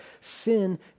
sin